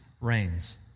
reigns